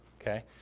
okay